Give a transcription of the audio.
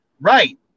right